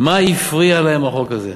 מה הפריע להם החוק הזה?